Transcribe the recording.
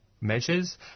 measures